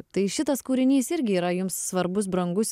tai šitas kūrinys irgi yra jums svarbus brangus